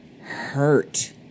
hurt